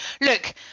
Look